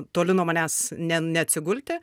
toli nuo manęs ne neatsigulti